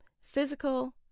physical